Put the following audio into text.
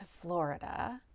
Florida